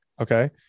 Okay